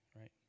right